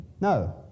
No